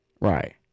Right